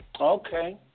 Okay